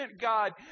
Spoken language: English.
God